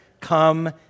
come